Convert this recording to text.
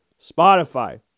Spotify